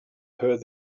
heard